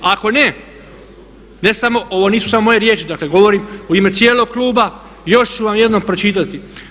Ako ne, ne samo, ovo nisu samo moje riječi, dakle govorim u ime cijelog Kluba, još ću vam jednom pročitati.